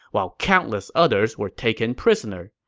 while countless others were taken prisoner.